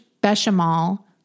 bechamel